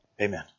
amen